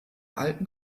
alten